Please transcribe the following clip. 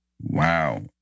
wow